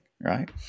right